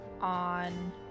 on